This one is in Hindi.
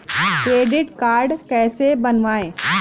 क्रेडिट कार्ड कैसे बनवाएँ?